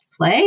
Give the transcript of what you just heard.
play